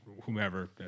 whomever